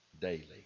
daily